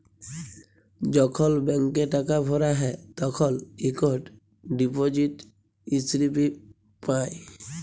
যখল ব্যাংকে টাকা ভরা হ্যায় তখল ইকট ডিপজিট ইস্লিপি পাঁই